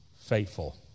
faithful